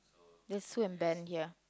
that's Sue and Ben ya